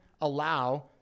allow